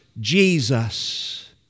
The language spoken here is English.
Jesus